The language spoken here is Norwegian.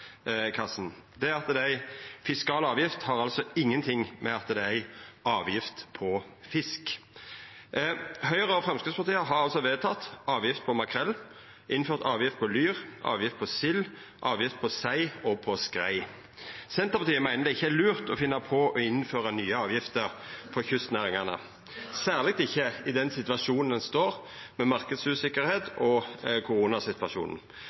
Det at det er ei fiskal avgift, har altså ingenting å gjera med at det er ei avgift på fisk. Høgre og Framstegspartiet har altså vedteke avgift på makrell, innført avgift på lyr, sild, sei og skrei. Senterpartiet meiner det ikkje er lurt å finna på å innføra nye avgifter for kystnæringane, særleg ikkje i den situasjonen ein står i med marknadsusikkerheit og koronasituasjonen.